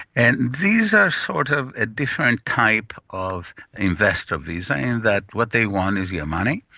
and these are sort of a different type of investor visa in that what they want is your money,